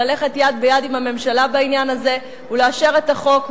ללכת יד ביד עם הממשלה בעניין הזה ולאשר את החוק,